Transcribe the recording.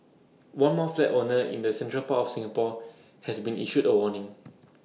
one more flat owner in the central part of Singapore has been issued A warning